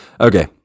Okay